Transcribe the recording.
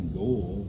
goal